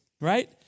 right